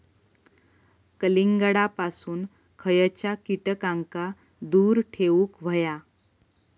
कलिंगडापासून खयच्या कीटकांका दूर ठेवूक व्हया?